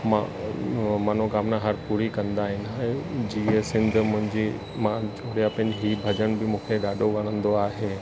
म मनोकामिना हर पूरी कंदा आहिनि ऐं जीअं सिंध मुंहिंजी मां ॿिया पिन हीउ भॼन बि मूंखे ॾाढो वणंदो आहे